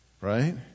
right